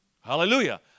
Hallelujah